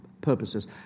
purposes